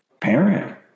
parent